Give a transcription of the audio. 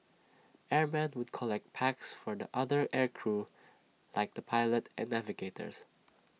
airmen would collect packs for the other air crew like the pilot and navigators